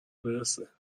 برسه